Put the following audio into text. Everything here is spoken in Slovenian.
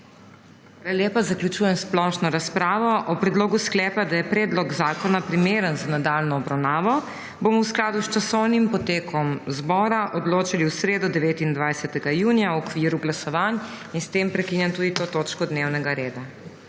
S tem zaključujem splošno razpravo. O predlogu sklepa, da je predlog zakona primeren za nadaljnjo obravnavo, bomo v skladu s časovnim potekom seje zbora odločali v sredo, 29. junija, v okviru glasovanj. S tem prekinjam to točko dnevnega reda.